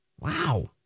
Wow